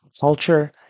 culture